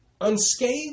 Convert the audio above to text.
unscathed